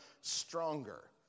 stronger